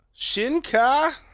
Shinka